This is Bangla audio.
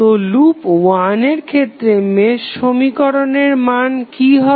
তো লুপ 1 এর ক্ষেত্রে মেশ সমীকরণের মান কি হবে